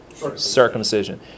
Circumcision